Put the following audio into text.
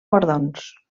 guardons